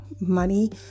money